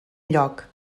lloc